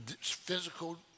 physical